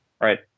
right